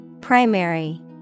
Primary